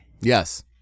Yes